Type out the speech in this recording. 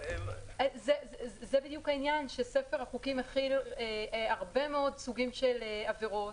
זה בדיוק העניין שספר החוקים הכיל הרבה מאוד סוגים של עבירות